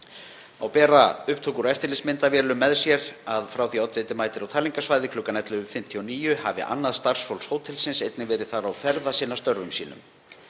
Þá bera upptökur úr eftirlitsmyndavélum með sér að frá því að oddviti mætir á talningarsvæðið kl. 11.59 hafi annað starfsfólk hótelsins einnig verið þar til að sinna störfum sínum.